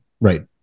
Right